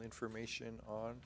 information on